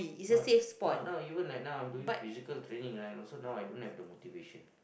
not not now even like now I'm doing physical training right also now I don't have the motivation